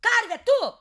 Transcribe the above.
karve tu